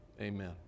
amen